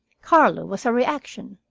carlo was a reaction.